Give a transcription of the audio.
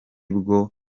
bwo